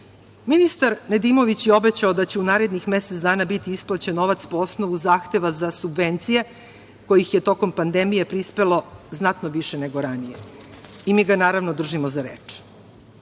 Ministar Nedimović je obećao da će u narednih mesec dana biti isplaćen novac po osnovu zahteva za subvencije, kojih je tokom pandemije prispelo znatno više nego ranije i mi ga, naravno, držimo za